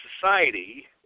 society